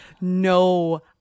no